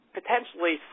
potentially